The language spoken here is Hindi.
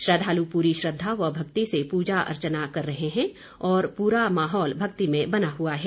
श्रद्वालु पूरी श्रद्वा व भक्ति से पूजा अर्चना कर रहे हैं और पूरा माहौल भक्तिमय बना हुआ है